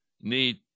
need